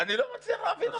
אני לא מצליח להבין אותך.